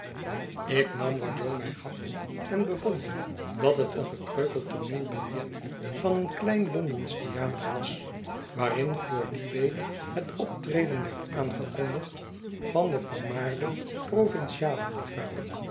ik nam wat jo mij gaf en bevond dat het een gekreukeld tooneelbiljet van een klein londensch theater was waarin voor die week het optreden werd aangekondigd van den vermaarden provincialen liefhebber